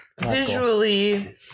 Visually